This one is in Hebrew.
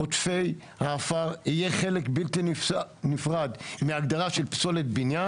עודפי העפר יהיה חלק בלתי נפרד מהגדרה של פסולת בניין.